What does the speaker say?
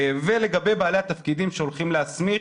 ולגבי בעלי התפקידים שהולכים להסמיך,